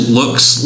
looks